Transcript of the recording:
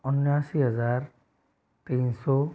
उनासी हज़ार तीन सौ